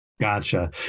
Gotcha